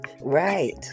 Right